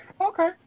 Okay